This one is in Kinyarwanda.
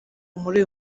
muri